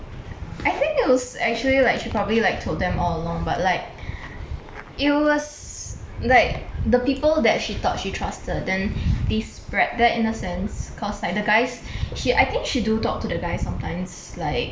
I think it was actually like she probably like told them all along but like it was like the people that she thought she trusted then these spread their innocence cause like the guys she I think she do talk to the guys sometimes like